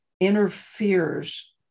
interferes